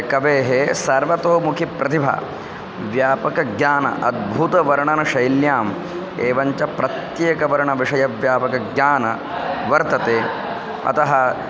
कवेः सर्वतोभिमुखप्रतिभा व्यापकज्ञानं अद्भुतवर्णनशैल्याम् एवञ्च प्रत्येकवर्णविषयव्यापकज्ञानं वर्तते अतः